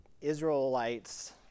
Israelites